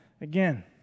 again